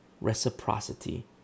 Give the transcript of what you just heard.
reciprocity